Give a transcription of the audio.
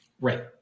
Right